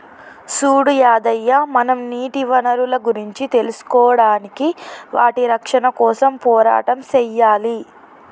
సూడు యాదయ్య మనం నీటి వనరులను గురించి తెలుసుకోడానికి వాటి రక్షణ కోసం పోరాటం సెయ్యాలి